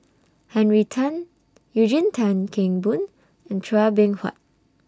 Henry Tan Eugene Tan Kheng Boon and Chua Beng Huat